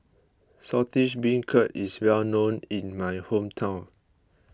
Saltish Beancurd is well known in my hometown